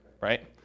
right